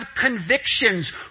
convictions